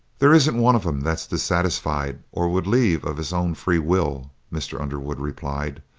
there isn't one of them that's dissatisfied or would leave of his own free will, mr. underwood replied,